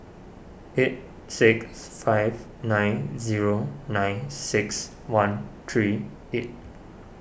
eight six five nine zero nine six one three eight